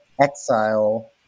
exile